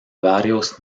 varios